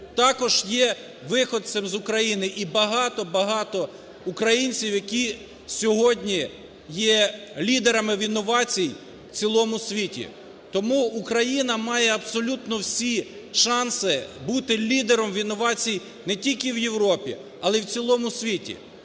також є виходцем з України; і багато-багато українців, які сьогодні є лідерами інновацій в цілому світі. Тому Україна має абсолютно всі шанси бути лідером інновацій не тільки в Європі, але й в цілому світі.